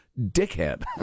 dickhead